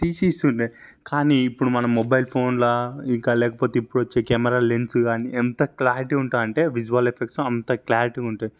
తీసి ఇస్తుండె కానీ ఇప్పుడు మన మొబైల్ ఫోన్లా ఇంకా లేకపోతే ఇప్పుడు వచ్చే కేమెరా లెన్సు కానీ ఎంత క్లారిటీ ఉంటుంది అంటే విజువల్ ఎఫెక్ట్స్ అంత క్లారిటీగా ఉంటది